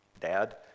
Dad